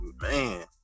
man